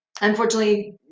unfortunately